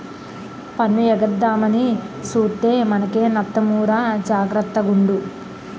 పన్ను ఎగేద్దామని సూత్తే మనకే నట్టమురా జాగర్త గుండు